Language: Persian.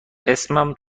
اسمم